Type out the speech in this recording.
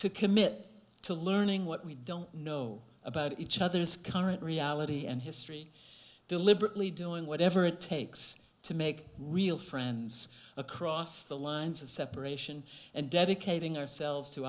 to commit to learning what we don't know about each other's current reality and history deliberately doing whatever it takes to make real friends across the lines of separation and dedicating ourselves to